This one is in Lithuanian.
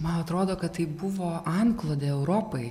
man atrodo kad tai buvo antklodė europai tai